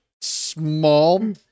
small